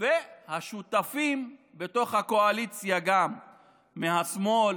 והשותפים בתוך הקואליציה, גם מהשמאל